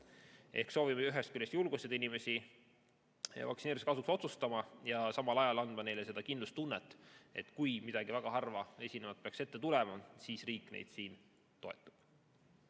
Me soovime ühest küljest julgustada inimesi vaktsineerimise kasuks otsustama ja samal ajal anda neile seda kindlustunnet, et kui midagi väga harva esinevat peaks ette tulema, siis riik toetab